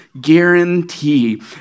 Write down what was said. guarantee